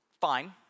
fine